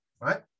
right